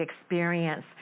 experience